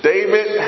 David